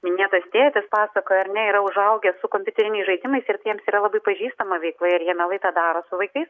minėtas tėtis pasakoja ar ne yra užaugęs su kompiuteriniais žaidimais ir tiems yra labai pažįstama veikla ir jie mielai tą daro su vaikais